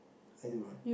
I do run